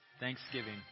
Thanksgiving